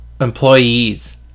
employees